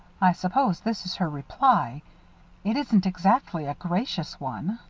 i suppose this is her reply it isn't exactly a gracious one.